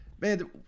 Man